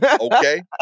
Okay